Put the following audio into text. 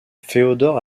féodor